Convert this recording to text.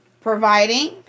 Providing